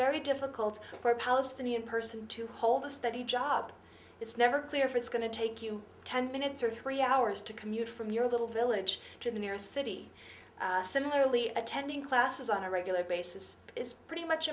very difficult for palestinian person to hold a steady job it's never clear if it's going to take you ten minutes or three hours to commute from your little village to the nearest city similarly attending classes on a regular basis is pretty much